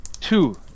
Two